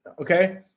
okay